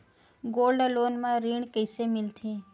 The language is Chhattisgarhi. गोल्ड लोन म ऋण कइसे मिलथे?